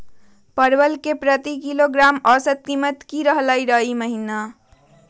परवल के प्रति किलोग्राम औसत कीमत की रहलई र ई महीने?